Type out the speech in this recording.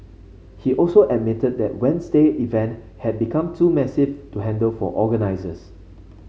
he also admitted that Wednesday event had become too massive to handle for organisers